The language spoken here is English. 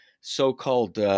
so-called